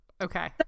okay